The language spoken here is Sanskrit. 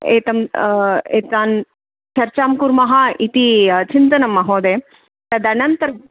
एताम् एतां चर्चां कुर्मः इति चिन्तनं महोदय तदनन्तरं